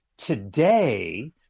Today